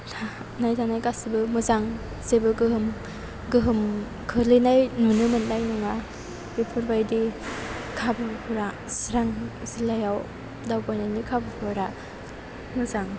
थानाय जानाय गासैबो मोजां जेबो गोहोम गोहोम खोलैनाय नुनो मोननाय नङा बेफोरबायदि खाबुफोरा चिरां जिल्लायाव दावबायनायनि खाबुफोरा मोजां